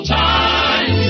time